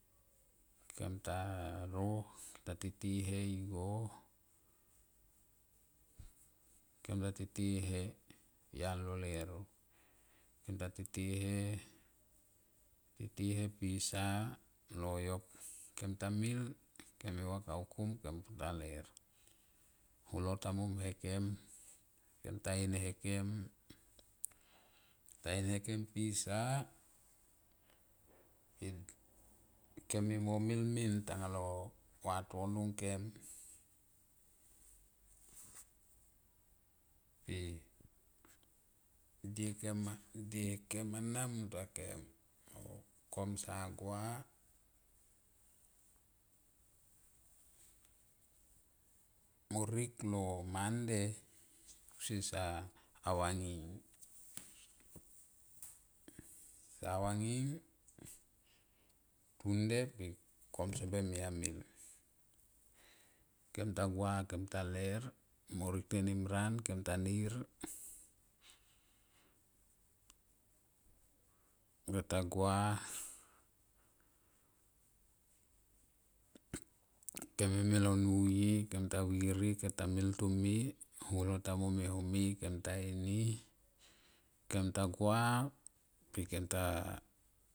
Kem ta ro kem ta tete e he igo kem ta tete e he au yali lo leuro kem ta tete e he, tete e he pisa loyok kem ta mil kem eva kaukum kem pu ta ler. Holo ta mom hakem kem t ain hakem kem t ain hakem pisa kem mimo mil min tanga lo vatono ngkem pe e diekem ana munt tua kem kom sa gua monik lo monday kusie sa vaning sa vaning tunde pe kom sobi amil.